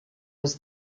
was